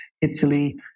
Italy